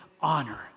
honor